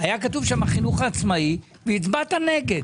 היה כתוב שם: חינוך עצמאי והצבעת נגד.